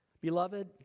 Beloved